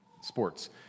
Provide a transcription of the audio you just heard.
sports